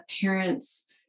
parents